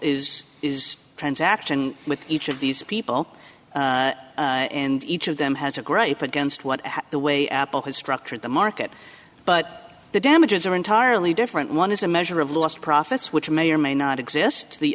is is a transaction with each of these people and each of them has a gripe against what the way apple has structured the market but the damages are entirely different one is a measure of lost profits which may or may not exist the